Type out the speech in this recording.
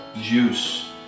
juice